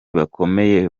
bakomeye